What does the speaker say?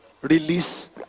release